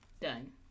Done